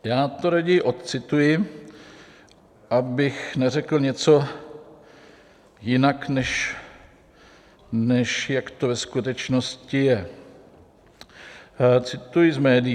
Já to raději odcituji, abych neřekl něco jinak, než jak to ve skutečnosti je cituji z médií: